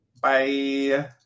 Bye